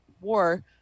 war